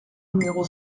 numéro